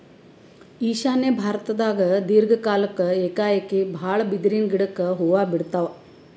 ಈಶಾನ್ಯ ಭಾರತ್ದಾಗ್ ದೀರ್ಘ ಕಾಲ್ಕ್ ಏಕಾಏಕಿ ಭಾಳ್ ಬಿದಿರಿನ್ ಗಿಡಕ್ ಹೂವಾ ಬಿಡ್ತಾವ್